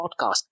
podcast